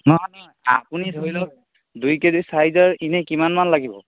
নহয় আপুনি ধৰি লওক দুই কে জি চাইজৰ এনেই কিমানমান লাগিব